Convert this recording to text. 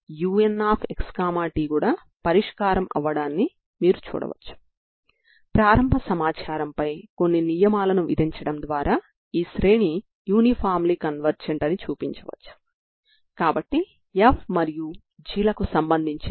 వీటి బిందు లబ్దాన్ని 0 నుండి L వరకు సమాకలనం చేయడం ద్వారా వచ్చిన స్టర్మ్ లియోవిల్లే సమస్య ϕψ ∶ 0Lxψను పరిష్కరించడం ద్వారా కనుగొంటారు